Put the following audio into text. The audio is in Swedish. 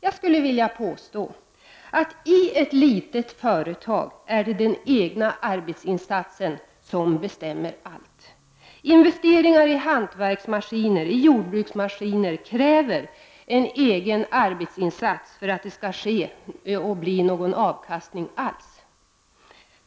Jag skulle vilja påstå att i ett litet företag är det den egna arbetsinsatsen som bestämmer allt. Investeringar i hantverksmaskiner, jordbruksmaskiner kräver en egen arbetsinsats för att det skall bli någon avkastning alls.